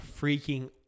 freaking